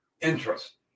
Interest